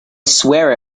swear